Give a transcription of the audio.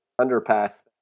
underpass